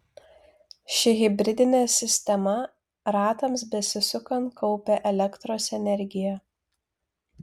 ši hibridinė sistema ratams besisukant kaupia elektros energiją